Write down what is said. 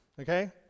okay